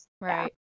right